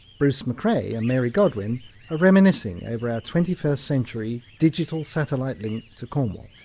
bruce mccrea and mary godwin are reminiscing over our twenty first century digital satellite link to cornwall.